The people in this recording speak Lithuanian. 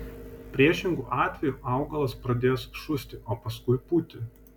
priešingu atveju augalas pradės šusti o paskui pūti